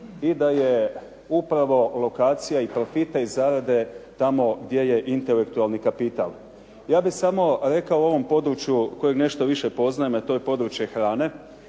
i da je upravo lokacija i profite i zarade tamo gdje je intelektualni kapital. Ja bih samo rekao u ovom području kojeg nešto više poznajem a to je područje hrane,